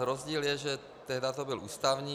Rozdíl je, že tehdy to byl ústavní.